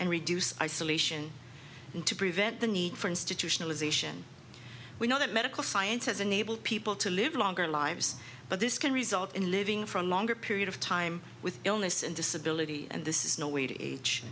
and reduce isolation and to prevent the need for institutionalization we know that medical science has enabled people to live longer lives but this can result in living from longer period of time with illness and disability and this is no way to age